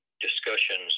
discussions